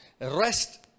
rest